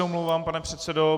Omlouvám se, pane předsedo.